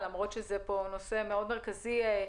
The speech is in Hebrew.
למרות שזה נושא מאוד מרכזי פה.